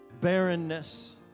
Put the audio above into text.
barrenness